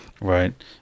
right